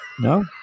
No